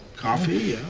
coffee,